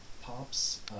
pops